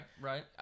Right